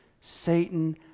Satan